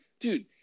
dude